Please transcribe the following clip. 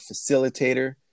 facilitator